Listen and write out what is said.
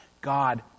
God